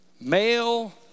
Male